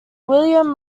william